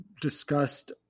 discussed